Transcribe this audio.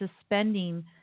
suspending